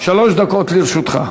שלוש דקות לרשותך.